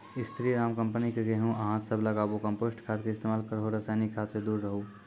स्री Ram company के गेहूँ अहाँ सब लगाबु कम्पोस्ट खाद के इस्तेमाल करहो रासायनिक खाद से दूर रहूँ?